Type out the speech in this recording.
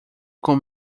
com